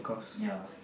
ya